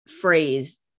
phrase